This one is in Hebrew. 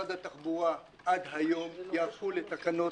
במשרד התחבורה עד היום יהפכו לתקנות,